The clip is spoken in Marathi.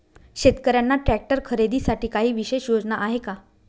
शेतकऱ्यांना ट्रॅक्टर खरीदीसाठी काही विशेष योजना आहे का?